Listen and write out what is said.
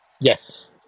Yes